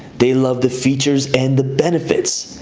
they love the features and the benefits.